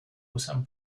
usan